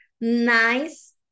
nice